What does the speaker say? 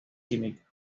química